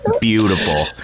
beautiful